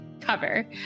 cover